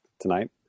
tonight